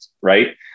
right